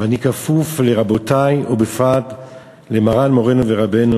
ואני כפוף לרבותי ובפרט למרן מורנו ורבנו,